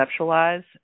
conceptualize